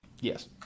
Yes